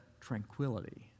tranquility